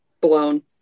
blown